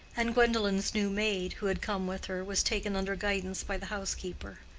and gwendolen's new maid, who had come with her, was taken under guidance by the housekeeper.